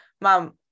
mom